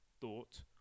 thought